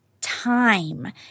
time